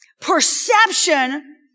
perception